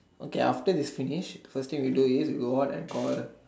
okay after we finish first thing we do is we go out and call